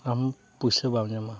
ᱟᱢ ᱯᱩᱭᱥᱟᱹ ᱵᱟᱢ ᱧᱟᱢᱟ